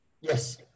yes